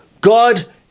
God